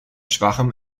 schwachem